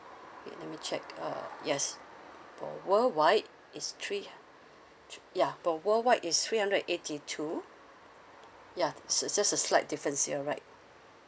wait let me check yes for worldwide it's three ya for worldwide is three hundred eighty two ya so it's just a slight difference you're right